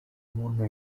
umuntu